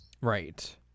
Right